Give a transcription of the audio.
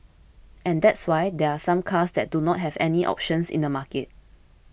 and that's why there are some cars that do not have any options in the market